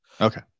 Okay